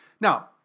Now